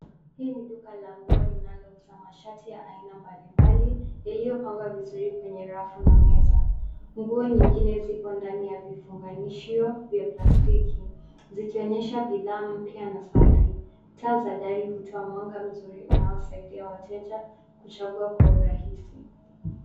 Hii ni duka la nguo linalouza mashati ya aina mbalimbali iliyopangwa vizuri kwenye rafu na meza. Nguo nyingine zipo ndani ya vifunganishio vya plastiki, zikionyesha bidhaa mpya na safi. Taa za dari hutoa mwanga nzuri unaosaidia wateja kuchagua kwa urahisi.